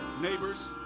neighbors